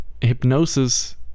Hypnosis